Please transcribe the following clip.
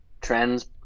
Trends